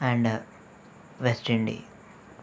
and West Indies